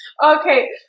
Okay